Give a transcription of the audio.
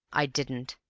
i didn't.